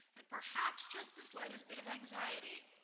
and perhaps just the slightest bit of anxiety,